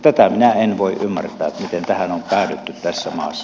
tätä minä en voi ymmärtää miten tähän on päädytty tässä maassa